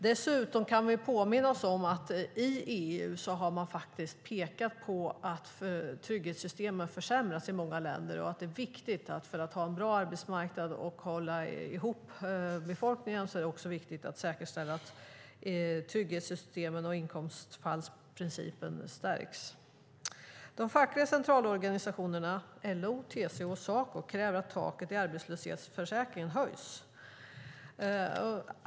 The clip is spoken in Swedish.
Dessutom kan vi påminna oss om att man i EU har pekat på att trygghetssystemen försämras i många länder och att för att ha en bra arbetsmarknad och hålla ihop befolkningen är det också viktigt att säkerställa att trygghetssystemen och inkomstbortfallsprincipen stärks. De fackliga centralorganisationerna LO, TCO och Saco kräver att taket i arbetslöshetsförsäkringen höjs.